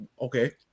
Okay